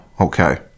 Okay